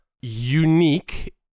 unique